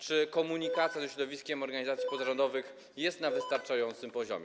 Czy komunikacja ze środowiskiem organizacji pozarządowych jest na wystarczającym poziomie?